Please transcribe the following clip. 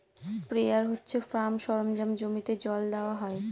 sprayer হচ্ছে farm সরঞ্জাম জমিতে জল দেওয়া হয়